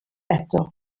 eto